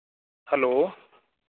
hello